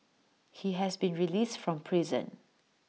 he has been released from prison